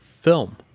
film